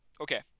okay